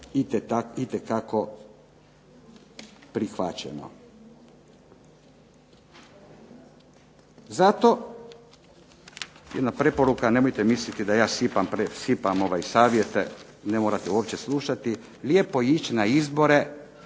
itekako prihvaćeno. Zato jedna preporuka, nemojte misliti da ja sipam savjete ne morate uopće slušati. Lijepo je ići na izbore